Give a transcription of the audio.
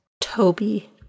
Toby